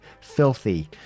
filthy